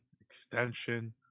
extension